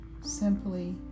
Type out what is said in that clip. simply